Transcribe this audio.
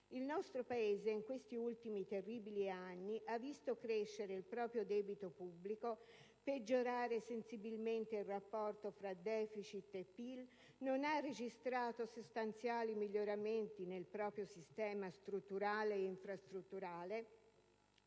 Il nostro Paese in questi ultimi terribili anni ha visto crescere il proprio debito pubblico, peggiorare sensibilmente il rapporto *deficit-*PIL, non ha registrato sostanziali miglioramenti nel proprio sistema strutturale e infrastrutturale